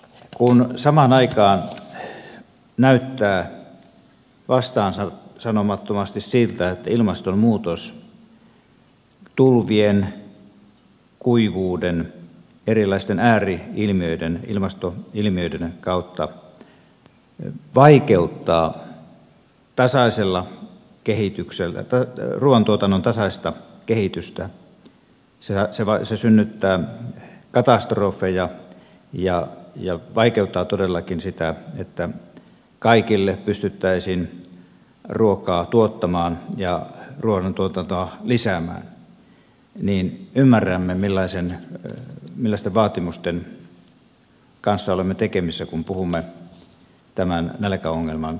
kun samaan aikaan näyttää vastaansanomattomasti siltä että ilmastonmuutos tulvien kuivuuden erilaisten ääri ilmiöiden ilmastoilmiöiden kautta vaikeuttaa ruuantuotannon tasaista kehitystä se synnyttää katastrofeja ja vaikeuttaa todellakin sitä että kaikille pystyttäisiin ruokaa tuottamaan ja ruuantuotantoa lisäämään niin ymmärrämme millaisten vaatimusten kanssa olemme tekemisissä kun puhumme tämän nälkäongelman ratkaisemisesta